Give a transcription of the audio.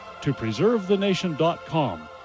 topreservethenation.com